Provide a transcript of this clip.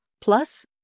Plus